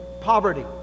poverty